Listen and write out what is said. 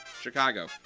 Chicago